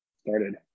started